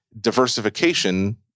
diversification